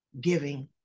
giving